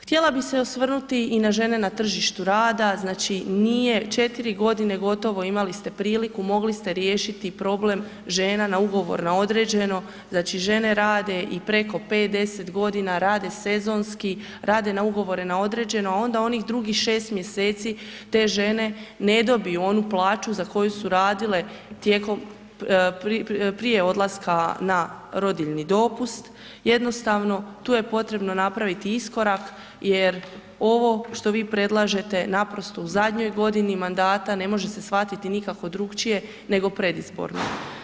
Htjela bi se i osvrnuti i na žene na tržištu rada, znači nije 4.g., gotovo imali ste priliku, mogli ste riješiti problem žena na ugovor na određeno, znači žene rade i preko 5, 10.g., rade sezonski, rade na ugovore na određeno, onda onih drugih 6. mjeseci te žene ne dobiju onu plaću za koju su radile tijekom, prije odlaska na rodiljni dopust, jednostavno tu je potrebno napraviti iskorak jer ovo što vi predlažete naprosto u zadnjoj godini mandata ne može se shvatiti nikako drukčije nego predizborno.